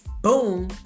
Boom